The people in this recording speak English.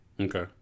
Okay